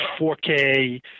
4K